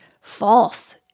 false